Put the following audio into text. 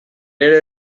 ere